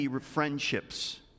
friendships